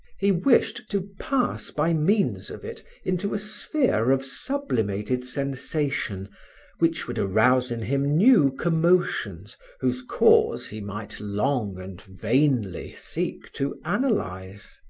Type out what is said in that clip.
he wished to pass by means of it into a sphere of sublimated sensation which would arouse in him new commotions whose cause he might long and vainly seek to analyze.